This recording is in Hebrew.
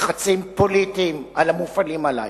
לחצים פוליטיים מופעלים עלי,